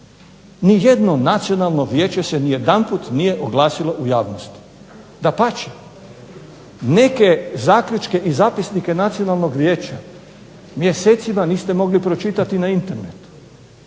Nijedno Nacionalno vijeće se nijedanput nije oglasilo u javnosti. Dapače, neke zaključke i zapisnike Nacionalnog vijeća mjesecima niste mogli pročitati na internetu.